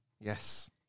Yes